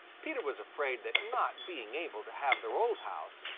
peter was afraid that not being able to have their old house,